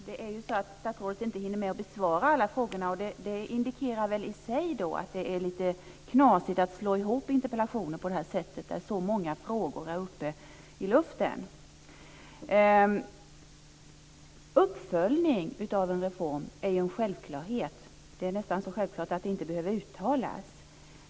Herr talman! Statsrådet hinner inte besvara alla frågorna. Det i sig indikerar väl att det är lite knasigt att slå ihop interpellationer på det här sättet, när så många frågor hänger i luften. Uppföljning av reformer är en självklarhet. Det är nästan så självklart att det inte behöver uttalas.